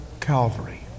Calvary